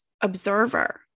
observer